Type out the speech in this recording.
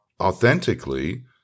authentically